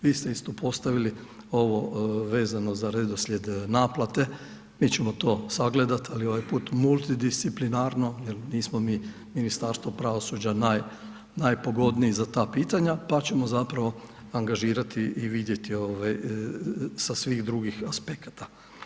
Vi ste isto postavili ovo vezano za redoslijed naplate, mi ćemo to sagledati ali ovaj put multidisciplinarno jer nismo mi Ministarstvo pravosuđa najpogodniji za ta pitanja, pa ćemo zapravo angažirati i vidjeti sa svih drugih aspekata.